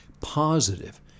positive